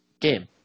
game